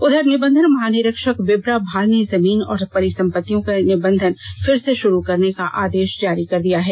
उधर निबंधन महानिरीक्षक विप्रा भाल ने जमीन और संपत्तियों का निबंधन फिर से शुरू करने का आदेश जारी कर दिया है